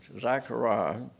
Zechariah